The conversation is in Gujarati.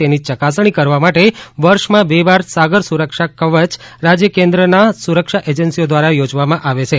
તેની ચકાસણી કરવા માટે વર્ષમાં બે વાર સાગર સુરક્ષા કવચ રાજ્ય કેન્દ્રના સુરક્ષા એજન્સીઓ દ્વારા યોજવામાં આવે છે